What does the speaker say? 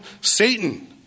Satan